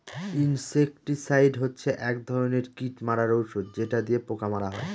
insecticide হচ্ছে এক ধরনের কীট মারার ঔষধ যেটা দিয়ে পোকা মারা হয়